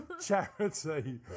charity